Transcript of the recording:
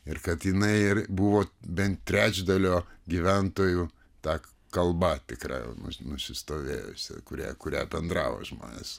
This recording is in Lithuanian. ir kad jinai ir buvo bent trečdalio gyventojų ta kalba tikra nu nusistovėjusia kuria kuria bendravo žmonės